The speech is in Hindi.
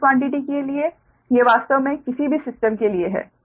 बेस क्वान्टिटी के लिए ये वास्तव में किसी भी सिस्टम के लिए हैं